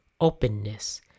openness